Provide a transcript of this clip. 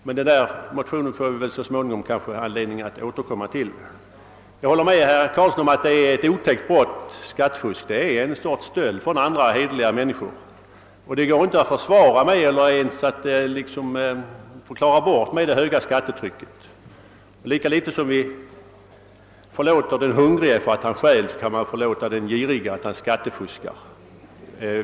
Men vi får kanske så småningom anledning att återkomma till motionen. Jag håller med herr Karlsson i Huddinge om att skattefusk är ett otäckt brott eftersom det är en sorts stöld från andra, hederliga människor. Det går inte heller att förklara bort det med att tala om det höga skattetrycket. Lika litet som vi förlåter den hungrige då han stjäl kan vi förlåta den girige när han skattefuskar.